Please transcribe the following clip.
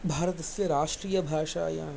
भारतस्य राष्ट्रियभाषायाम्